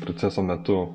proceso metu